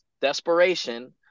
desperation